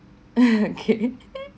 okay